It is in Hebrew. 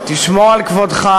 תשמור על כבודך,